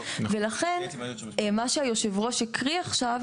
ולכן מה שהיושב ראש הקריא עכשיו,